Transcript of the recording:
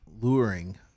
luring